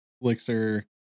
Elixir